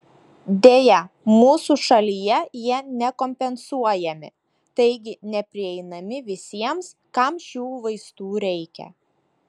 deja mūsų šalyje jie nekompensuojami taigi neprieinami visiems kam šių vaistų reikia